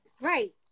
right